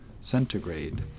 centigrade